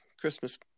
Christmas